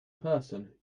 person